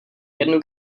jednu